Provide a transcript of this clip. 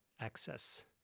access